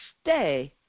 stay